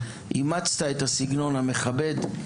אימצת את הסגנון המכבד,